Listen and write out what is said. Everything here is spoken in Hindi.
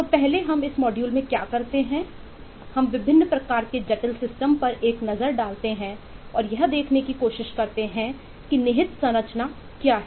तो पहले हम इस मॉड्यूल में क्या करते हैं हम विभिन्न प्रकार के जटिल सिस्टम पर एक नज़र डालते हैं और यह देखने की कोशिश करते हैं कि निहित संरचना क्या है